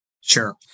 Sure